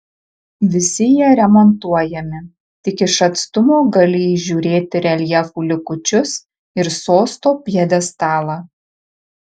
visi jie remontuojami tik iš atstumo gali įžiūrėti reljefų likučius ir sosto pjedestalą